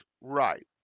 right